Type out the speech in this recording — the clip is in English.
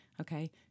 Okay